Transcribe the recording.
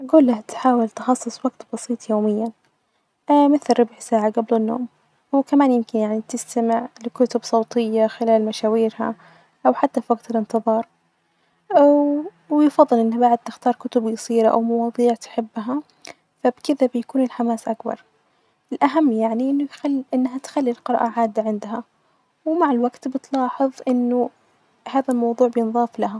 أجول لها تحاول تخصص وجت بسيط يوميا، مثل ربع ساعة جبل النوم وكمان يعني ممكن تستمع لكتب صوتية خلال مشاويرها أو حتي في وجت الإنتظار أو ويفظل إنها بعد تختار كتب جصيرة أو مواظيع تحبها ،فبده بيكون الحماس أكبر، الأهم يعني أنه يخ-أنها تخلي القراءة عادة عندها، ومع الوجت بتلاحظ أنه هدا الموظوع بينظاف لها.